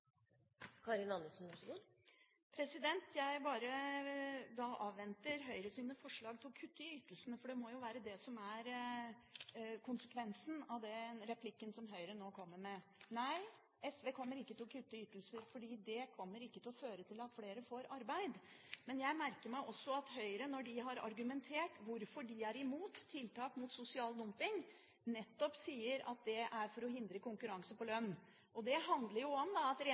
Jeg bare avventer Høyres forslag om å kutte i ytelsene – for det må jo være det som er konsekvensen av det som ligger i den replikken som Høyre nå kommer med. SV kommer ikke til å gå inn for å kutte i ytelser, for det kommer ikke til å føre til at flere får arbeid. Jeg merket meg også at Høyre, når de har argumentert hvorfor de er imot tiltak mot sosial dumping, sier at det er for å hindre konkurranse på lønn. Det handler om at